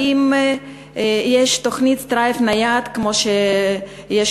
האם יש תוכנית "סטרייב" ניידת כמו שיש